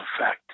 effect